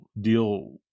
deal